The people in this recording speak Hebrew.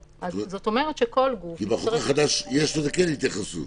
כי בחוק החדש כן יש לזה התייחסות?